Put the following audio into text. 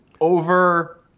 over